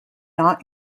not